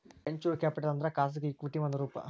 venture capital ಅಂದ್ರ ಖಾಸಗಿ equity ಒಂದ್ ರೂಪ